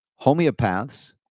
homeopaths